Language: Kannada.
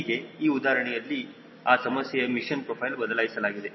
ಹೀಗೆ ಈ ಉದಾಹರಣೆಯಲ್ಲಿ ಆ ಸಮಸ್ಯೆಯ ಮಿಷನ್ ಪ್ರೊಫೈಲ್ ಬದಲಾಯಿಸಲಾಗಿದೆ